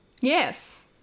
Yes